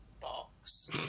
box